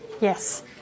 Yes